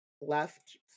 left